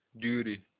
duty